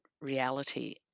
reality